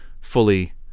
fully